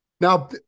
now